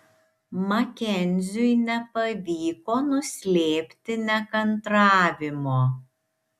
makenziui nepavyko nuslėpti nekantravimo